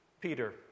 Peter